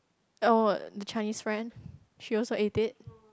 oh the Chinese friend she also ate it